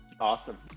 Awesome